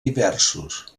diversos